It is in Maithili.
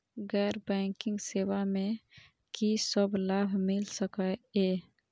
गैर बैंकिंग सेवा मैं कि सब लाभ मिल सकै ये?